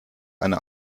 eine